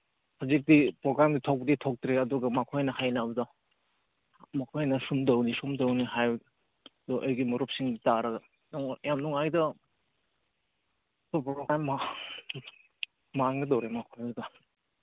ꯍꯧꯖꯤꯛꯇꯤ ꯄ꯭ꯔꯣꯒ꯭ꯔꯥꯝ ꯊꯣꯛꯄꯗꯤ ꯊꯣꯛꯇ꯭ꯔꯤ ꯑꯗꯨꯒ ꯃꯈꯣꯏꯅ ꯍꯥꯏꯅꯕꯗꯣ ꯃꯈꯣꯏꯅ ꯁꯨꯝ ꯇꯧꯅꯤ ꯁꯨꯝ ꯇꯧꯅꯤ ꯍꯥꯏꯕꯗꯣ ꯑꯩꯒꯤ ꯃꯔꯨꯞꯁꯤꯡ ꯇꯥꯔꯒ ꯌꯥꯝ ꯅꯨꯡꯉꯥꯏꯗ ꯄ꯭ꯔꯣꯒ꯭ꯔꯥꯝꯃ ꯃꯥꯡꯒꯗꯧꯔꯦ ꯃꯈꯣꯏꯗ